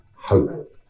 hope